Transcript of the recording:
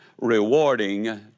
rewarding